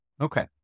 okay